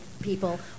people